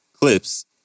clips